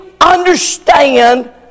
understand